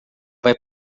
vai